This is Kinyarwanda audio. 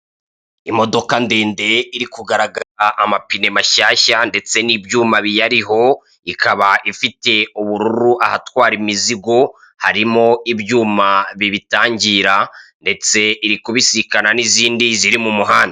Imodoka ndende iri kugaragaza amapine mashyashya ndetse n'ibyuma biyariho, ikaba ifite ubururu ahatwara imizigo harimo; ibyuma bibitangira ndetse iri kubisikana n'izindi ziri m'umuhanda.